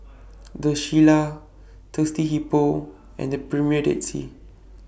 The Shilla Thirsty Hippo and The Premier Dead Sea